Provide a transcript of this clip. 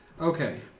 Okay